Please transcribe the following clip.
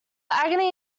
agony